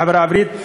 לחברה הערבית,